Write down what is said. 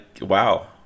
Wow